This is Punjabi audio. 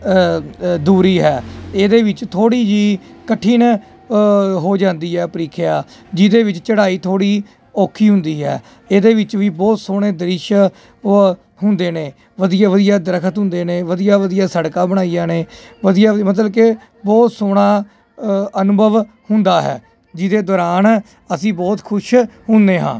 ਦੂਰੀ ਹੈ ਇਹਦੇ ਵਿੱਚ ਥੋੜੀ ਜਿਹੀ ਕਠਿਨ ਹੋ ਜਾਂਦੀ ਹੈ ਪ੍ਰੀਖਿਆ ਜਿਹਦੇ ਵਿੱਚ ਚੜ੍ਹਾਈ ਥੋੜੀ ਔਖੀ ਹੁੰਦੀ ਹੈ ਇਹਦੇ ਵਿੱਚ ਵੀ ਬਹੁਤ ਸੋਹਣੇ ਦ੍ਰਿਸ਼ ਹੁੰਦੇ ਨੇ ਵਧੀਆ ਵਧੀਆ ਦਰਖਤ ਹੁੰਦੇ ਨੇ ਵਧੀਆ ਵਧੀਆ ਸੜਕਾਂ ਬਣਾਈਆ ਨੇ ਵਧੀਆ ਮਤਲਬ ਕਿ ਬਹੁਤ ਸੋਹਣਾ ਅਨੁਭਵ ਹੁੰਦਾ ਹੈ ਜਿਹਦੇ ਦੌਰਾਨ ਅਸੀਂ ਬਹੁਤ ਖੁਸ਼ ਹੁੰਦੇ ਹਾਂ